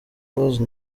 rose